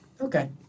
Okay